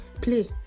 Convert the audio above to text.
play